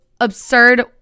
absurd